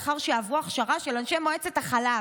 לאחר שעברו הכשרה של אנשי מועצת החלב,